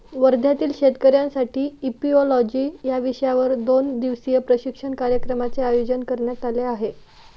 वर्ध्यातील शेतकऱ्यांसाठी इपिओलॉजी या विषयावर दोन दिवसीय प्रशिक्षण कार्यक्रमाचे आयोजन करण्यात आले आहे